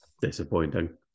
disappointing